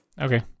Okay